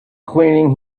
cleaning